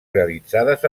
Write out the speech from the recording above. realitzades